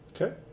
Okay